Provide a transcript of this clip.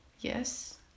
yes